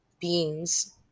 beings